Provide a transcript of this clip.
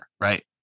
right